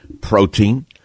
protein